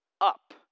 up